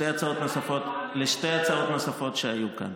ההצעות הנוספות שהיו כאן.